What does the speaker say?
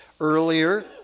Earlier